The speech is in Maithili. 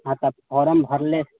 हँ तऽ फॉर्म भरि ले